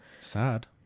Sad